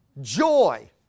Joy